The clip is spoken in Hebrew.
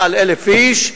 מעל 1,000 איש,